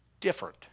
different